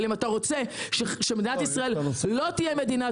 אבל אם אתה רוצה שמדינת ישראל לא תהיה מדינת